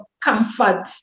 comfort